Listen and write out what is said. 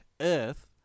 Earth